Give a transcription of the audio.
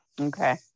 Okay